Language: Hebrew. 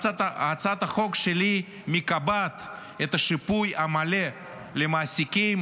הצעת החוק שלי מקבעת את השיפוי המלא למעסיקים